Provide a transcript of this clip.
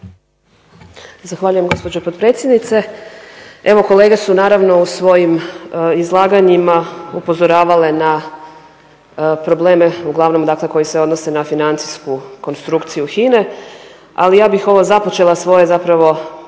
Zahvaljujem gospođo potpredsjednice. Evo kolege su naravno u svojim izlaganjima upozoravale na probleme uglavnom dakle koji se odnose na financijsku konstrukciju HINA-e, ali ja bih započela svoje izlaganje